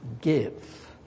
give